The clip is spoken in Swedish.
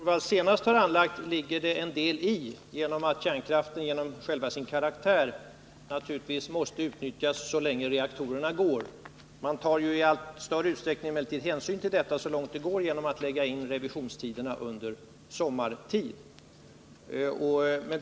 Herr talman! Det ligger en del i den synpunkt som Rune Torwald senast har anlagt genom att kärnkraften enbart på grund av sin karaktär naturligtvis måste utnyttjas så länge reaktorerna går. Man tar emellertid i allt större utsträckning hänsyn till detta så långt det går genom att lägga in revisionstiderna under sommaren.